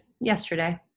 yesterday